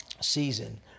season